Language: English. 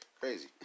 Crazy